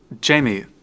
Jamie